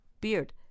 Beard